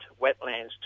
wetlands